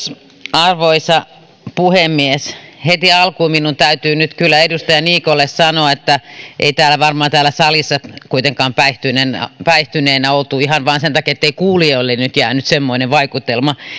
arvoisa puhemies heti alkuun minun täytyy nyt kyllä edustaja niikolle sanoa että ei täällä salissa varmaan kuitenkaan päihtyneenä päihtyneenä oltu ihan vain sen takia ettei kuulijoille nyt jäänyt semmoinen vaikutelma